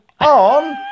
on